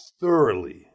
thoroughly